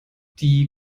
die